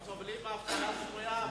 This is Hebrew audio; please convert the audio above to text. הם סובלים מאבטלה סמויה.